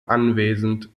anwesend